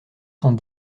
cent